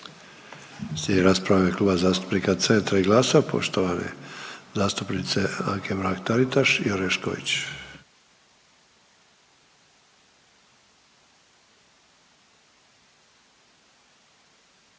Slijedi rasprava u ime Kluba zastupnika Centra i GLAS-a poštovane zastupnice Anke Mrak Taritaš i Orešković.